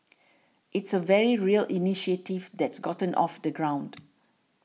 it's a very real initiative that's gotten off the ground